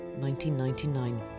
1999